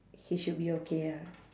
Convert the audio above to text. he should be okay ah